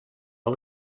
are